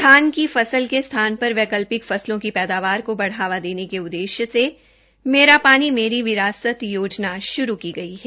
धान की फसल के स्थान पर वैकल्पिक फसलों की पैदावार को बढावा देने के उद्देष्य से मेरा पानी मेरी विरासत योजना शुरू की गई है